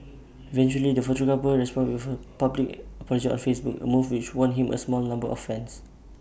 eventually the photographer responded with A public apology on Facebook A move which won him A small number of fans